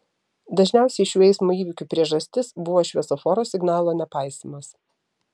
dažniausiai šių eismo įvykių priežastis buvo šviesoforo signalo nepaisymas